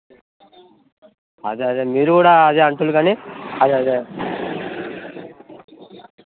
అదే అదే మీరు కూడా అదే అంటున్నారు కానీ అదే అదే